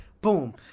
Boom